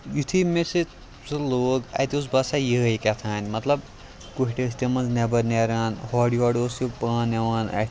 یُتھُے مےٚ سُہ سُہ لوگ اَتہِ اوس باسان یِہٲے کیٚہتٲنۍ مطلب کوٚٹھۍ ٲسۍ تَمہِ منٛز نیٚبَر نیران ہورٕ یورٕ اوس یہِ پان یِوان اَتھہِ